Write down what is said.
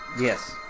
Yes